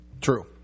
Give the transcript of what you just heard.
true